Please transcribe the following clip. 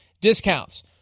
discounts